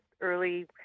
early